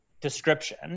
description